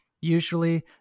Usually